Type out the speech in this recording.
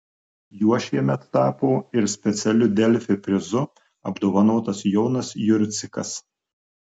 juo šiemet tapo ir specialiu delfi prizu apdovanotas jonas jurcikas